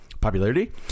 popularity